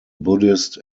buddhist